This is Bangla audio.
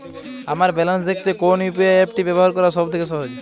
আমার ব্যালান্স দেখতে কোন ইউ.পি.আই অ্যাপটি ব্যবহার করা সব থেকে সহজ?